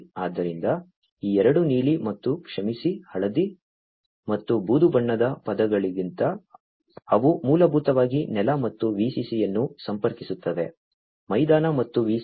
ಆದ್ದರಿಂದ ಈ ಎರಡು ನೀಲಿ ಮತ್ತು ಕ್ಷಮಿಸಿ ಹಳದಿ ಮತ್ತು ಬೂದು ಬಣ್ಣದ ಪದಗಳಿಗಿಂತ ಅವು ಮೂಲಭೂತವಾಗಿ ನೆಲ ಮತ್ತು VCC ಅನ್ನು ಸಂಪರ್ಕಿಸುತ್ತವೆ ಮೈದಾನ ಮತ್ತು VCC